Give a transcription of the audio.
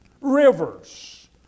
Rivers